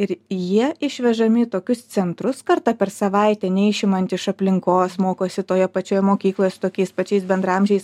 ir jie išvežami į tokius centrus kartą per savaitę neišimant iš aplinkos mokosi toje pačioje mokykloje su tokiais pačiais bendraamžiais